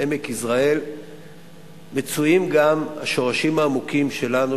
בעמק יזרעאל מצויים גם השורשים העמוקים שלנו,